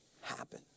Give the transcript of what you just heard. happen